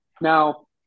Now